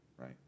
Right